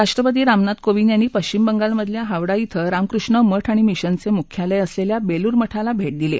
राष्ट्रपती रामनाथ कोविंद यांनी पश्विम बंगालमधल्या हावडा श्वि रामकृष्ण मठ आणि मिशनचे मुख्यालय असलेल्या बेलूर मठाला भेट दिली